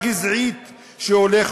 רבותי,